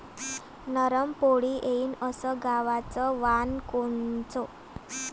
नरम पोळी येईन अस गवाचं वान कोनचं?